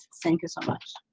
thank you so much.